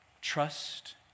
Trust